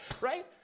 right